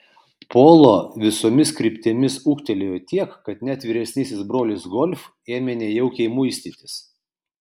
polo visomis kryptimis ūgtelėjo tiek kad net vyresnysis brolis golf ėmė nejaukiai muistytis